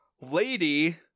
Lady